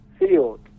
field